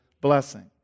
blessing